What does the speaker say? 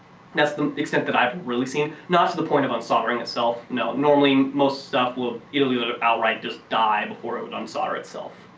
that's the extent that i've really seen. not to the point of unsoldering itself, no. normally most stuff, it'll either outright just die before it would unsolder itself.